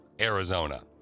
Arizona